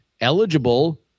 eligible